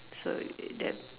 so it it that